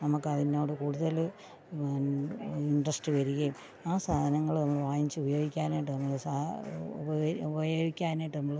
നമുക്കതിനോട് കൂടുതൽ ഇന്ട്രെസ്റ്റ് വരികേം ആ സാധനങ്ങൾ നമ്മൾ വാങ്ങിച്ച് ഉപയോഗിക്കാനായിട്ട് നമുക്ക് ഉപയോഗിക്കാനായിട്ട് നമ്മൾ